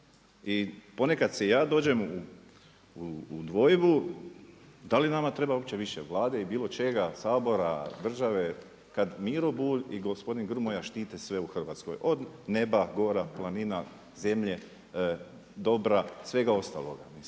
I ponekad si i ja dođem u dvojbu da li nama treba uopće više Vlade i bilo čega, Sabora, države kad Miro Bulj i gospodin Grmoja štite sve u Hrvatskoj od neba, gora, planina, zemlje, dobra, svega ostaloga. Mislim